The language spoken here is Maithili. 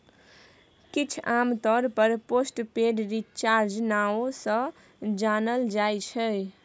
किछ आमतौर पर पोस्ट पेड रिचार्ज नाओ सँ जानल जाइ छै